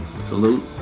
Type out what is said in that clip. salute